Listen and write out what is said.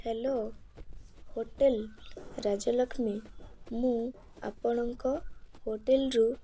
hello hotel Rajalakshmi ମୁଁ ଆପଣଙ୍କ ହୋଟେଲ୍ରୁ